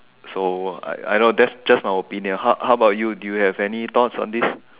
so I I know that's just my opinion how how bout you do you have any thoughts on this